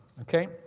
Okay